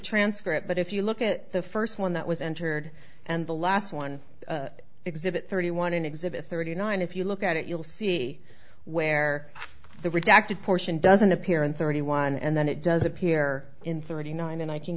transcript but if you look at the first one that was entered and the last one exhibit thirty one in exhibit thirty nine if you look at it you'll see where the redacted portion doesn't appear in thirty one and then it does appear in thirty nine and i can